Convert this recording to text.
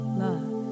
love